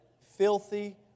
Filthy